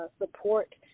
support